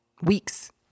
weeks